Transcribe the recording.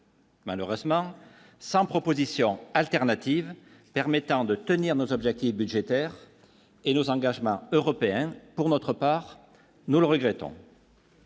Malheureusement, sans proposition alternative permettant de tenir nos objectifs budgétaires et nos engagements européens, pour notre part, nous le regrettons.